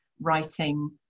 writing